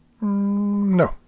No